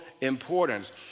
importance